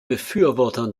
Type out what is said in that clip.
befürwortern